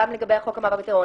גם לגבי חוק המאבק בטרור,